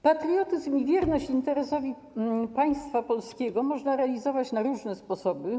Patriotyzm i wierność interesowi państwa polskiego można realizować na różne sposoby.